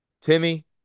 Timmy